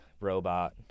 robot